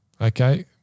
Okay